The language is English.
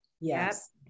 Yes